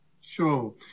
Sure